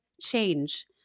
change